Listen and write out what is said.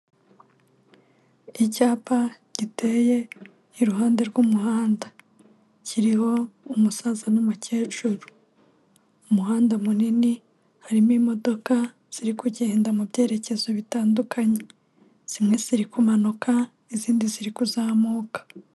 Icyapa giteye iruhande rw'umuhanda. Kiriho umusaza n'umukecuru. Umuhanda munini harimo imodoka ziri kugenda mu byerekezo bitandukanye, zimwe ziri kumanuka izindi ziri kuzamuka.